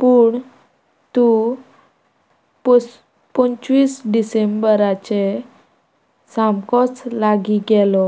पूण तूं पस पंचवीस डिसेंबराचे सामकोच लागीं गेलो